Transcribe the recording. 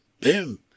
Boom